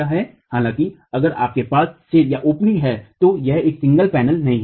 हालांकि अगर आपके पास छेद है तो यह एक सिंगल पैनल नहीं है